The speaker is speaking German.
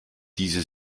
diese